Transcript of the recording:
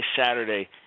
Saturday